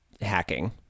hacking